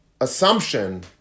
assumption